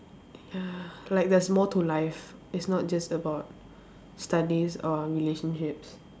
ya like there's more to life it's not just about studies or relationships